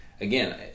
again